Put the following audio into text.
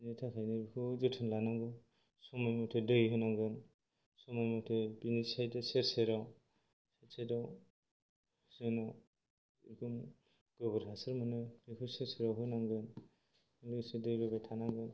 बिनि थाखायनो बेखौ जोथोन लानांगौ समय मथे दै होनांगोन समय मथे बिनि साइद जों सेर सेराव साइद आव जेन' बिखौ गोबोर हासार मोनो बिखौ सेर सेराव होनांगोन लोगोसे दै लुबाय थानांगोन